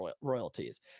royalties